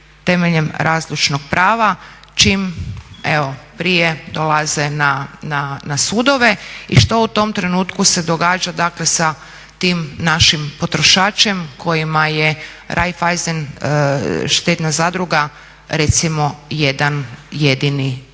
temeljem razlučnog prava čim evo prije dolaze na sudove i što u tom trenutku se događa, dakle sa tim našim potrošačem kojima je Raiffeisen štedna zadruga recimo jedan jedini vjerovnik.